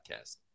podcast